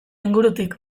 ingurutik